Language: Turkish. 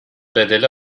bedeli